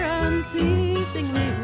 unceasingly